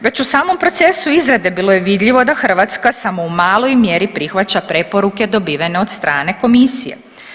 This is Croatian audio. Već u samom procesu izrade bilo je vidljivo da Hrvatska samo u maloj mjeri prihvaća preporuke dobivene od strane komisije.